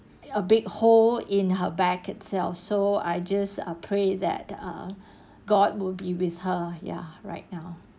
a big hole in her back itself so I just pray that ah god will be with her ya right now